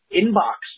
inbox